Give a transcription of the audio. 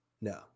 No